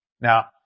Now